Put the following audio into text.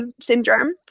syndrome